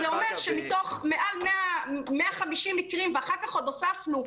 זה אומר שמתוך מעל 150 מקרים ואחר כך עוד הוספנו,